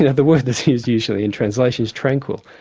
yeah the word that's used usually in translation is tranquil,